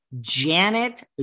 Janet